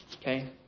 Okay